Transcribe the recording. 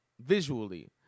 visually